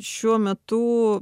šiuo metu